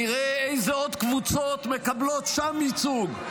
נראה איזה עוד קבוצות מקבלות שם ייצוג,